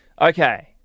Okay